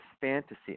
fantasy